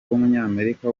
w’umunyamerika